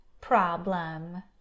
problem